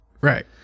right